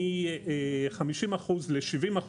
מ-50% ל-70%.